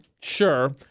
Sure